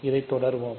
இதை தொடருவோம்